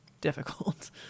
difficult